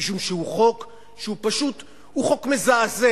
משום שהוא חוק שהוא פשוט חוק מזעזע.